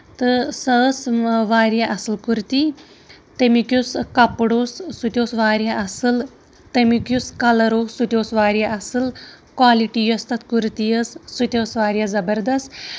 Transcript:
تہٕ سۄ ٲسۍ واریاہ اَصٕل کُرتی تَمیُک یُس کَپُر اوس سُہ تہِ اوس واریاہ تَمیُک یُس کَلر اوس سُہ تہِ اوس واریاہ اَصٕل کالٹی یۄس تَتھ کُرتی ٲسۍ سُہ تہِ ٲسۍ واریاہ زَبردست